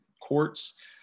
courts